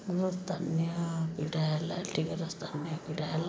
ଆମ ସ୍ଥାନୀୟ କ୍ରୀଡ଼ା ହେଲା ଏଠିକାର ସ୍ଥାନୀୟ କ୍ରୀଡ଼ା ହେଲା